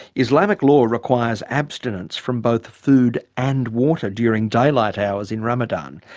islamic law requires abstinence from both food and water during daylight hours in ramadan.